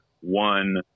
one